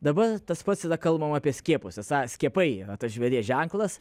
dabar tas pats yra kalbama apie skiepus esą skiepai tas žvėries ženklas